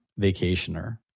vacationer